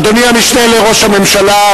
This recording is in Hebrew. אדוני המשנה לראש הממשלה,